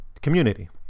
community